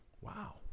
Wow